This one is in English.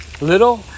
little